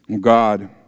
God